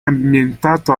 ambientato